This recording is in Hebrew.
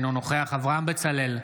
אינו נוכח אברהם בצלאל,